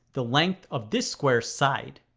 the length of this square's side.